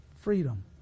freedom